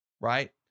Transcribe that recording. Right